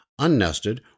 unnested